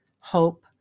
hope